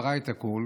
ברא את הכול,